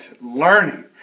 learning